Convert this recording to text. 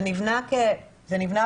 זה נבנה בשלבים.